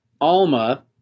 Alma